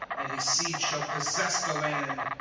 and his seed shall possess the land.